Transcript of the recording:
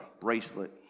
bracelet